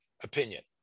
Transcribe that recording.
opinion